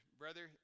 brother